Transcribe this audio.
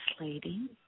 lady